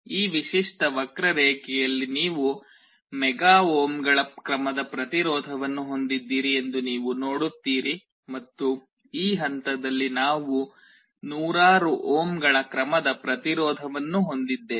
ಈ ವಿಶಿಷ್ಟ ವಕ್ರರೇಖೆಯಲ್ಲಿ ನೀವು ಮೆಗಾ ಓಮ್ಗಳ ಕ್ರಮದ ಪ್ರತಿರೋಧವನ್ನು ಹೊಂದಿದ್ದೀರಿ ಎಂದು ನೀವು ನೋಡುತ್ತೀರಿ ಮತ್ತು ಈ ಹಂತದಲ್ಲಿ ನಾವು ನೂರಾರು ಓಮ್ಗಳ ಕ್ರಮದ ಪ್ರತಿರೋಧವನ್ನು ಹೊಂದಿದ್ದೇವೆ